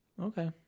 Okay